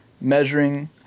measuring